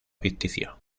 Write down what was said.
ficticio